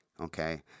Okay